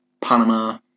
Panama